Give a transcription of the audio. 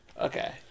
Okay